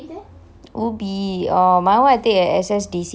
ubi oh my one I take at S_S_D_C lah